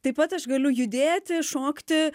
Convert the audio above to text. taip pat aš galiu judėti šokti